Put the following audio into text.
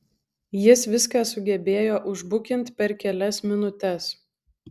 jis viską sugebėjo užbukint per kelias minutes